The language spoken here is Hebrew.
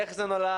איך זה נולד,